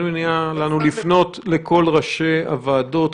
אין לנו מניעה לפנות לכל ראשי הוועדות.